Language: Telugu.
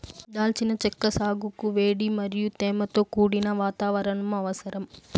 దాల్చిన చెక్క సాగుకు వేడి మరియు తేమతో కూడిన వాతావరణం అవసరం